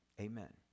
Amen